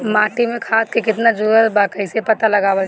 माटी मे खाद के कितना जरूरत बा कइसे पता लगावल जाला?